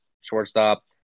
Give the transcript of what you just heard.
shortstop